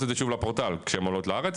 את זה שוב לפורטל כשהן עולות לארץ,